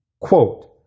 Quote